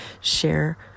share